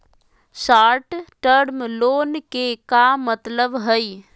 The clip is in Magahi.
शार्ट टर्म लोन के का मतलब हई?